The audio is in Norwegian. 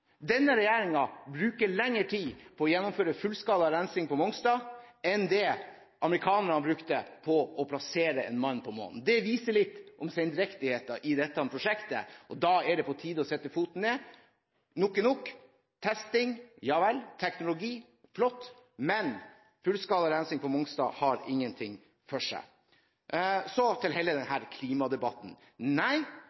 Denne regjeringen bruker lengre tid på å gjennomføre fullskala rensing på Mongstad enn det amerikanerne brukte på å plassere en mann på månen. Det forteller litt om sendrektigheten i dette prosjektet, og da er det på tide å sette foten ned. Nok er nok! Testing – ja vel. Teknologi – flott. Men: Fullskala rensing på Mongstad har ikke noe for seg. Så til hele